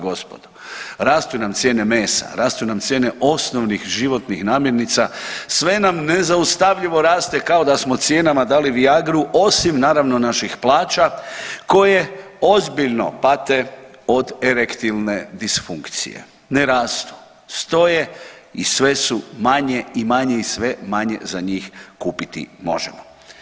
gospodo, rastu nam cijene mesa, rastu nam cijene osnovnih životnih namirnica, sve nam nezaustavljivo raste kao da smo cijenama dali viagru osim naravno naših plaća koje ozbiljno pate od erektilne disfunkcije, ne rastu, stoje i sve su manje i manje i sve manje za njih kupiti možemo.